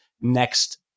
next